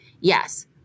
Yes